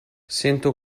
sento